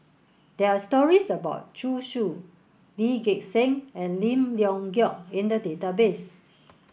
there are stories about Zhu Xu Lee Gek Seng and Lim Leong Geok in the database